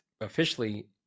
officially